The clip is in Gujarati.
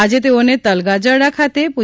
આજે તેઓને તલગાજરડા ખાતે પૂ